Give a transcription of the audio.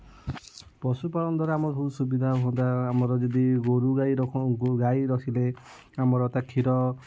ପଶୁ ପାଳନ ଦ୍ୱାରା ଆମର ବହୁତ ସୁବିଧା ହୁଅନ୍ତା ଆମର ଯଦି ଗୋରୁ ଗାଈ ରଖୁ ଗାଈ ରଖିଲେ ଆମର ତା କ୍ଷୀର